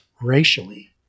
racially